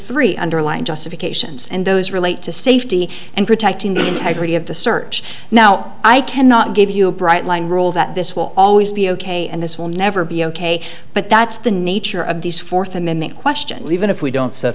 three underlying justifications and those relate to safety and protecting the integrity of the search now i cannot give you a bright line rule that this will always be ok and this will never be ok but that's the nature of these fourth amendment questions even if we don't set